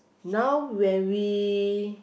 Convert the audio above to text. now when we